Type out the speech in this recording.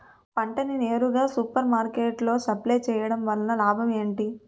పంట ని నేరుగా సూపర్ మార్కెట్ లో సప్లై చేయటం వలన లాభం ఏంటి?